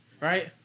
right